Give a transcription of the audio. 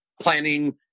planning